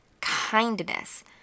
kindness